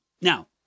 Now